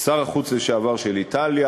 שר החוץ לשעבר של איטליה.